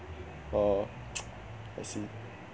oh I see